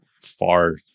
far